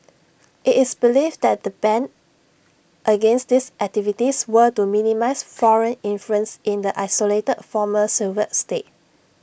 IT is believed the ban against these activities were to minimise foreign influence in the isolated former Soviet state